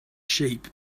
sheep